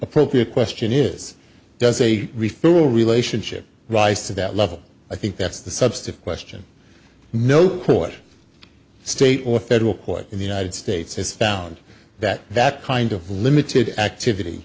appropriate question is does a referral relationship rise to that level i think that's the substance question no court state or federal court in the united states has found that that kind of limited activity